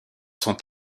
sont